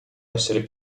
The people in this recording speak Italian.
essere